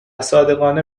صادقانه